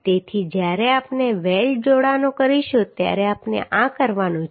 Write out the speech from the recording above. તેથી જ્યારે આપણે વેલ્ડ જોડાણો કરીશું ત્યારે આપણે આ કરવાનું છે